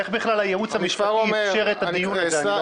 איך בכלל הייעוץ המשפטי אפשר את הדיון הזה,